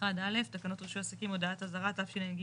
1(א) תקנות רישוי עסקים, הודעת אזהרה תשע"ג-2013.